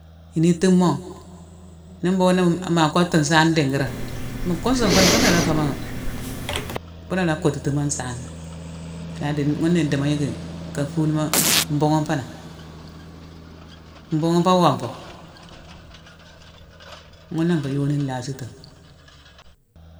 Inittimo, nin mbhughune ma-ma koctu nsaane idigirine, mu kundune fune funa laa fé mu-funa la kotitimo nsaana. Sa dini-ghuna idimo yicki nka fulma, mbughune fo nan. Mbughune fo wonfo. Ghuuna nfé yooni lhasitima.